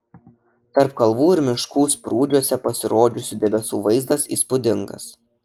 tarp kalvų ir miškų sprūdžiuose pasirodžiusių debesų vaizdas įspūdingas